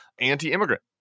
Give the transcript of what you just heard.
Anti-immigrant